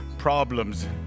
problems